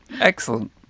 Excellent